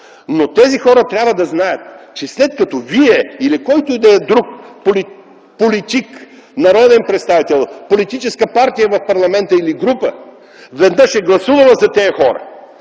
Но тези хора трябва да знаят, че след като вие или който и да е друг политик, народен представител, политическа партия в парламента или група веднъж е гласувала за тия хора,